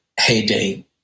heyday